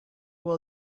will